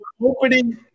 opening